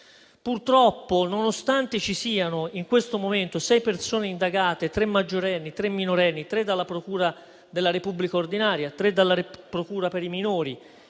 con il silenzio. Ci sono in questo momento sei persone indagate, tre maggiorenni, tre minorenni, tre dalla procura della Repubblica ordinaria, tre dalla procura per i minori,